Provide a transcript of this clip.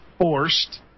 forced